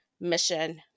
mission